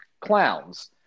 clowns